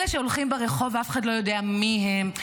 אלה שהולכים ברחוב ואף אחד לא יודע מי הם.